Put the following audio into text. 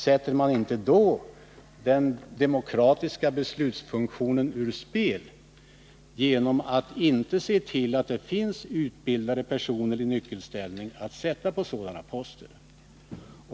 Sätter man inte den demokratiska beslutsfunktionen ur spel genom att inte se till att det finns utbildade personer i nyckelställning att sätta på sådana poster?